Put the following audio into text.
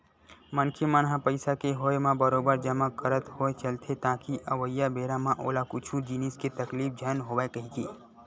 मनखे मन ह पइसा के होय म बरोबर जमा करत होय चलथे ताकि अवइया बेरा म ओला कुछु जिनिस के तकलीफ झन होवय कहिके